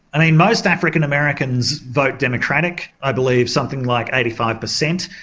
i mean most african americans vote democratic. i believe something like eighty five per cent.